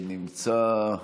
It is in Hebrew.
נמצא,